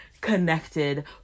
connected